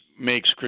makes